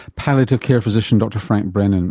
palliative care physician dr frank brennan.